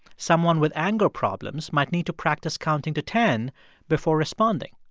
someone with anger problems might need to practice counting to ten before responding.